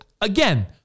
Again